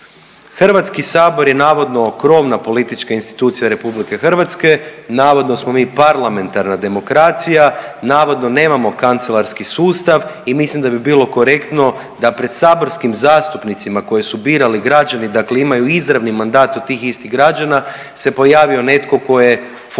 Hrvatski sabor je navodno krovna politička institucija Republike Hrvatske, navodno smo mi parlamentarna demokracija, navodno nemamo kancelarski sustav i mislim da bi bilo korektno da pred saborskim zastupnicima koje su birali građani, dakle imaju izravni mandat od tih istih građana se pojavio netko tko je formalno